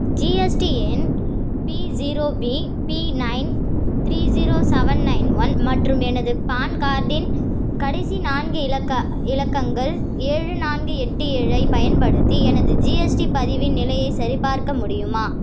ஜிஎஸ்டியின் B zero B B nine three zero seven nine one மற்றும் எனது PAN கார்டின் கடைசி நான்கு இலக்க இலக்கங்கள் ஏழு நான்கு எட்டு ஏழைப் பயன்படுத்தி எனது ஜிஎஸ்டி பதிவின் நிலையைச் சரிபார்க்க முடியுமா